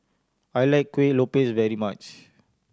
I like Kueh Lopes very much